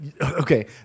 okay